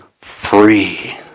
free